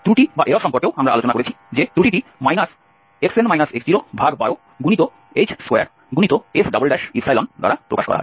ত্রুটি সম্পর্কেও আমরা আলোচনা করেছি যে ত্রুটিটি xn x012h2f দ্বারা প্রকাশ করা হয়